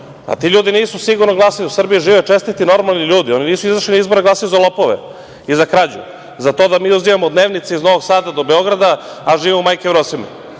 Ti ljudi nisu sigurno glasali, u Srbiji žive čestiti, normalni ljudi, oni nisu izašli na izbore da glasaju za lopove i za krađu, za to da mi uzimamo dnevnice iz Novog Sada do Beograda, a živimo u Majke Jevrosime.